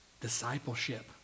discipleship